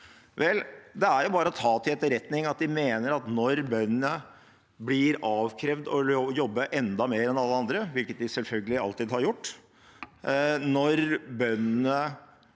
det er bare å ta til etterretning at de mener at når bøndene blir avkrevd å jobbe enda mer enn alle andre, hvilket de selvfølgelig alltid har gjort,